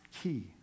key